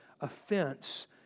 offense